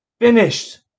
finished